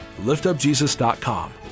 liftupjesus.com